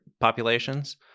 populations